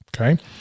okay